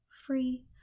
free